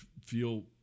feel